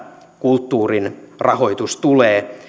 kulttuurin rahoitus tulee